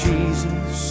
Jesus